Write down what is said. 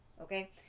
Okay